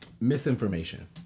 Misinformation